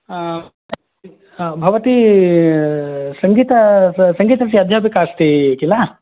भवती सङ्गीत सङ्गीतस्य अध्यापिका अस्ति किल